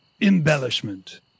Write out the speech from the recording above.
embellishment